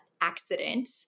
accident